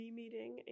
meeting